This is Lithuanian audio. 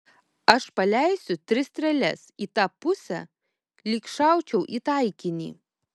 aš paleisiu tris strėles į tą pusę lyg šaučiau į taikinį